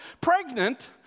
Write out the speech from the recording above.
Pregnant